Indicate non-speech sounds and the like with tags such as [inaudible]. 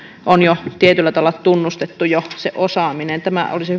on jo tietyllä tavalla tunnustettu se osaaminen olisi [unintelligible]